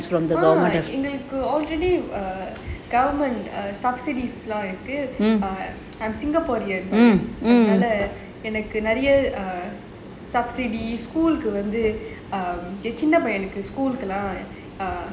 இப்போ இருக்கு அதுனால எனக்கு நிறைய சின்ன பையனுக்கு:ippo iruku athunaala enaku niraiya chinna payanukku